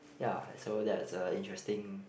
ya so that's a interesting